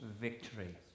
victory